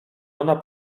ona